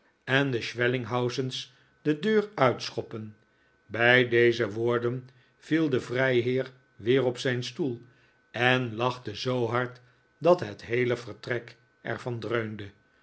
en de schwellinghausen's de deur uitschoppen bij deze woorden viel de vrijheer weer op zijn stoel en lachte zoo hard dat het heele vertrek er van dreunde